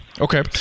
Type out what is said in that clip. Okay